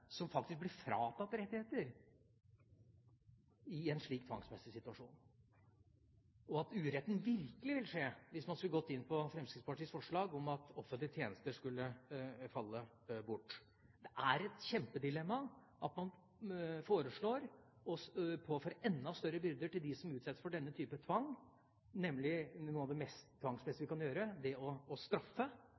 som blir fratatt rettigheter i en slik tvangsmessig situasjon, og at uretten virkelig ville skje hvis man skulle gått inn for Fremskrittspartiets forslag om at offentlige tjenester skulle falle bort. Det er et kjempedilemma at man foreslår å påføre dem som utsettes for denne type tvang, enda større byrder – noe av det mest tvangsmessige man kan gjøre, det å straffe.